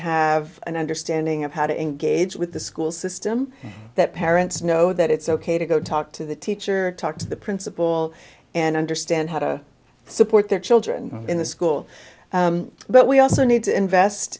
have an understanding of how to engage with the school system that parents know that it's ok to go talk to the teacher talk to the principal and understand how to support their children in the school but we also need to invest